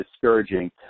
discouraging